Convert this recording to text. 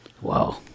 Wow